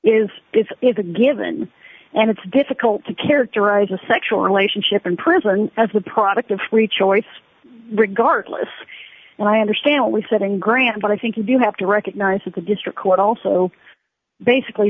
a given and it's difficult to characterize a sexual relationship in prison as the product of free choice regardless and i understand we sitting grand but i think you have to recognize that the district court also basically